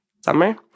summer